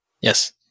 Yes